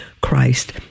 Christ